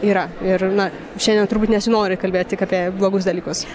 yra ir na šiandien turbūt nesinori kalbėti tik apie blogus dalykus